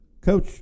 Coach